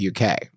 UK